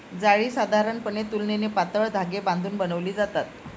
जाळी साधारणपणे तुलनेने पातळ धागे बांधून बनवली जातात